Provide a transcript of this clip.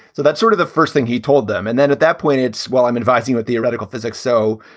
so that's sort of the first thing he told them. and then at that point, it's well, i'm advising the theoretical physics. so,